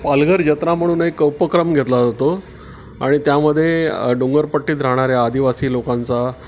पालघर जत्रा म्हणून एक उपक्रम घेतला जातो आणि त्यामध्ये डोंगरपट्टीत राहणाऱ्या आदिवासी लोकांचा